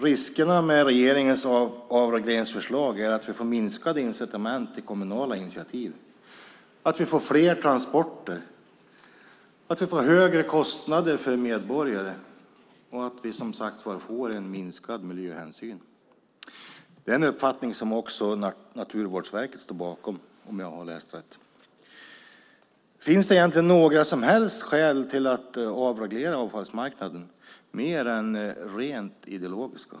Riskerna med regeringens avregleringsförslag är att vi får minskade incitament till kommunala initiativ, fler transporter, högre kostnader för medborgare och en minskad miljöhänsyn. Det är en uppfattning som också Naturvårdsverket står bakom, om jag har läst rätt. Finns det egentligen några som helst skäl till att avreglera avfallsmarknaden mer än rent ideologiska?